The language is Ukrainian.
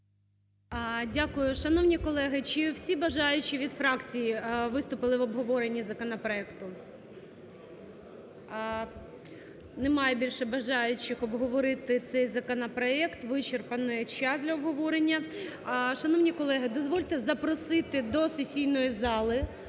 Дякую. Шановні колеги, чи всі бажаючі від фракцій виступили в обговоренні законопроекту? Немає більше бажаючих обговорити цей законопроект, вичерпаний час для обговорення. Шановні колеги, дозвольте запросити до сесійної зали